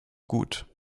gut